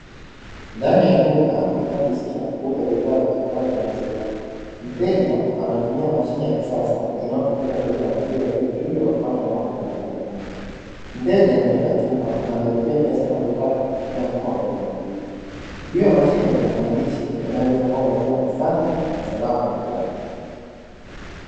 Ndani ya duka linalojihusisha na kuuza bidhaa zitokanazo na maziwa. Mteja anatumia mashine ya kisasa, inayotumika kuuza maziwa yaliyochujwa na kupashwa moto tayari kwa kunywa. Mteja ameweka chupa na analipia kiasi anachotaka kupitia mfumo wa kiautomatiki. Juu ya mashine kuna maandishi yanayoeleza kwamba maziwa ni safi na salama kiafya.